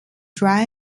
dry